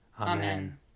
Amen